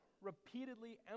repeatedly